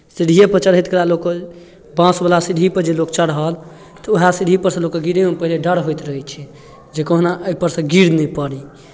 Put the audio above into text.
सीढ़ीएपर चढ़ैत कला लोकके बाँसवला सीढ़ीपर जे लोक चढ़ल तऽ उएह सीढ़ीपरसँ लोकके गिड़ैसँ पहिले डर होइत रहै छै जे कहुना एहि परसँ गिड़ नहि पड़ी